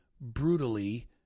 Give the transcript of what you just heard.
brutally